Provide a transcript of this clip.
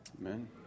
Amen